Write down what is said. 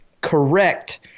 correct